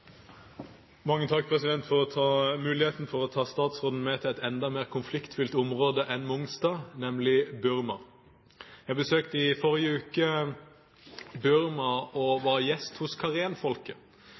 Takk for muligheten til å ta statsråden med til et enda mer konfliktfylt område enn Mongstad, nemlig Burma. I forrige uke besøkte jeg Burma og